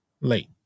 Late